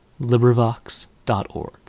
LibriVox.org